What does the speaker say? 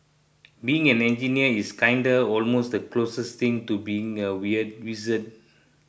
being an engineer is kinda almost the closest thing to being a weird wizard